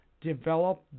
develop